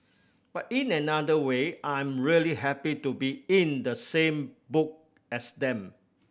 but in another way I'm really happy to be in the same book as them